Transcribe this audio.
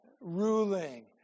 ruling